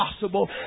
possible